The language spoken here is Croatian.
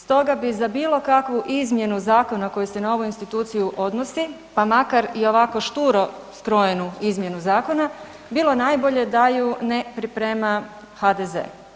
Stoga bi za bilo kakvu izmjenu Zakona koji se na ovu instituciju odnosi, pa makar i ovako šturo skrojenu izmjenu zakona, bilo najbolje da ju ne priprema HDZ.